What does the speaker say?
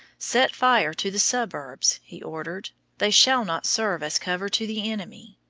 set fire to the suburbs, he ordered. they shall not serve as cover to the enemy.